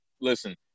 listen